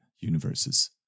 universes